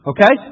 Okay